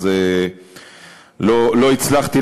לא הצלחתי,